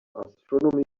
astronomy